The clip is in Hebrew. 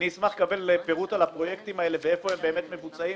אשמח לקבל פירוט על הפרויקטים האלה ואיפה הם באמת מבוצעים,